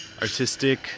artistic